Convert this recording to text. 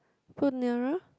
put nearer